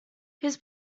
his